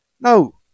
No